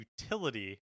utility